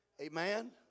Amen